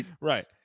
right